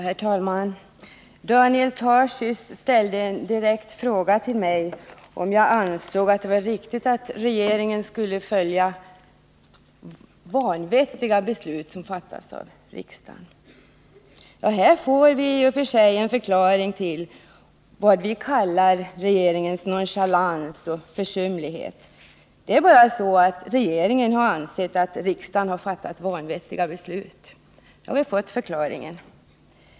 Herr talman! Daniel Tarschys ställde en direkt fråga till mig, om jag ansåg att det var riktigt att regeringen skulle följa vanvettiga beslut som fattats av riksdagen. Här får vi i och för sig en förklaring till vad vi kallar regeringens nonchalans och försumlighet: det är bara så att regeringen har ansett att riksdagen har fattat vanvettiga beslut. Nu har vi alltså fått den förklaringen.